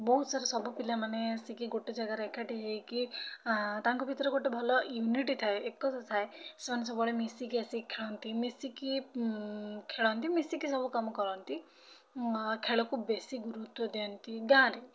ବହୁତସାରା ସବୁ ପିଲାମାନେ ଆସିକି ଗୋଟେ ଜାଗାରେ ଏକାଠି ହେଇକି ତାଙ୍କ ଭିତରେ ଗୋଟେ ଭଲ ୟୁନିଟି ଥାଏ ଏକତା ଥାଏ ସେମାନେ ସବୁବେଳେ ମିଶିକି ଆସିକି ଖେଳନ୍ତି ମିଶିକି ଖେଳନ୍ତି ମିଶିକି ସବୁ କାମ କରନ୍ତି ଖେଳକୁ ବେଶୀ ଗୁରୁତ୍ଵ ଦିଅନ୍ତି ଗାଁ'ରେ